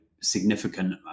significant